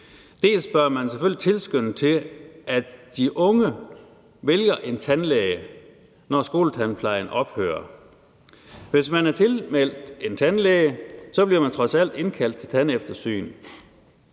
Man bør selvfølgelig tilskynde til, at de unge vælger en tandlæge, når skoletandplejen ophører. Hvis man er tilmeldt en tandlæge, bliver man trods alt indkaldt til tandeftersyn.